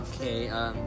Okay